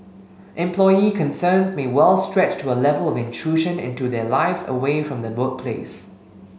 employee concerns may well stretch to a level of intrusion into their lives away from the workplace